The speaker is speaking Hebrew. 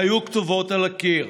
היו כתובים על הקיר.